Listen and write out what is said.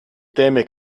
teme